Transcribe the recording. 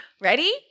Ready